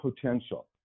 potential